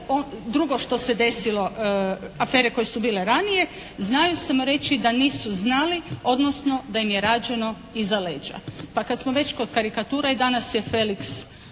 drugo što se desilo, afere koje su bile ranije, znaju samo reći da nisu znali, odnosno da im je rađeno iza leđa. Pa kada smo već kod karikature i danas je Felix